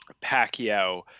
Pacquiao